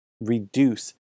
reduce